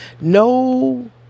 No